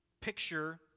picture